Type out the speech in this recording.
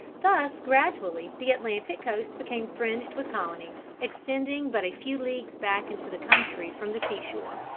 thus gradually the atlantic coast became fringed with colonies, extending but a few leagues back into the country from the sea-shore,